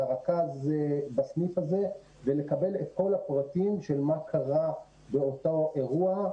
לרכז בסניף הזה ולקבל את כל הפרטים של מה קרה באותו אירוע,